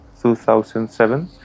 2007